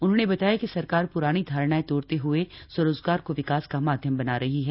उन्होंने बताया कि सरकार पुरानी धारणाएँ तोड़ते हुए स्वरोजगार को विकास का माध्यम बना रही है